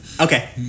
Okay